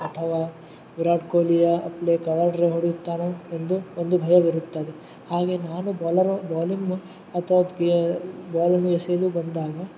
ಅಥವಾ ವಿರಾಟ್ ಕೊಹ್ಲಿಯ play cover drive ಹೊಡೆಯುತ್ತಾನೋ ಎಂದು ಒಂದು ಭಯವಿರುತ್ತದೆ ಹಾಗೆ ನಾನು ಬಾಲರ್ ಬಾಲಿಂಗ್ ಅಥವ ಅದು ಪ್ಲೇ ಬಾಲನ್ನು ಎಸೆಯಲು ಬಂದಾಗ